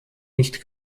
nicht